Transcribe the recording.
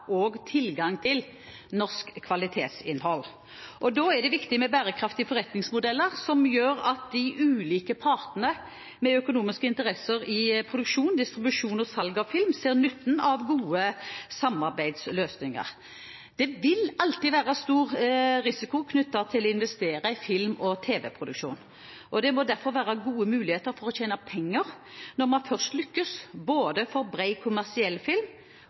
og tilgang til norsk kvalitetsinnhold. Da er det viktig med bærekraftige forretningsmodeller som gjør at de ulike partene med økonomiske interesser i produksjon, distribusjon og salg av film ser nytten av gode samarbeidsløsninger. Det vil alltid være stor risiko knyttet til å investere i film- og tv-produksjon. Det må derfor være gode muligheter for å tjene penger når man først lykkes, for både bred, kommersiell film